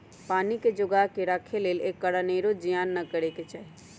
पानी के जोगा कऽ राखे लेल एकर अनेरो जियान न करे चाहि